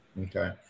okay